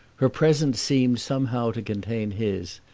her presence seemed somehow to contain his,